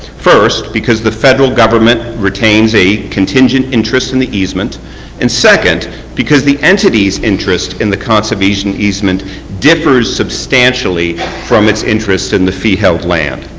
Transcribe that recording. first because the federal government contains a and interest in the easement and second because the entity's interest in the conservation easement differences substantially from its interest in the sea held land.